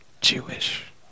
Jewish